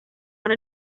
want